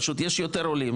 אלא שיש יותר עולים,